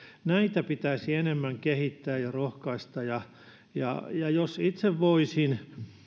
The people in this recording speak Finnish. näitä pitäisi enemmän kehittää ja näihin rohkaista ja jos itse voisin